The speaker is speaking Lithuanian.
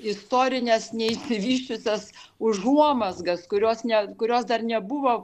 istorines neišsivysčiusias užuomazgas kurios ne kurios dar nebuvo